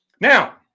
Now